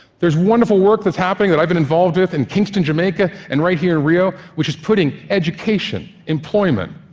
there's wonderful work that's happening that i've been involved with in kingston, jamaica and right here in rio, which is putting education, employment,